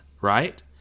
Right